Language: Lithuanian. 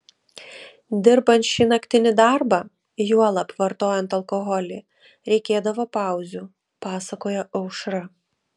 dirbant šį naktinį darbą juolab vartojant alkoholį reikėdavo pauzių pasakojo aušra